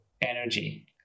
energy